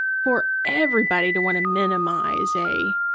for everybody, to want to minimize a